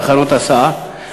תחנות הסעה,